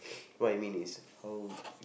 what I mean is how